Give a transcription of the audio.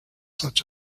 such